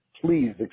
Please